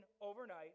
overnight